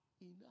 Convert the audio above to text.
enough